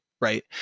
Right